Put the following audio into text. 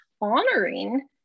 honoring